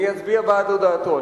אני אצביע בעד הודעתו,